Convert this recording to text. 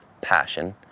passion